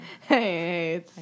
Hey